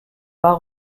bas